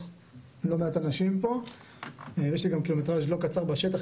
עם לא מעט אנשים פה ויש לי גם קילומטרז' לא קצר בשטח,